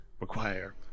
require